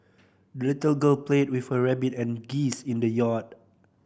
the little girl played with her rabbit and geese in the yard